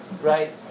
right